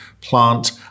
plant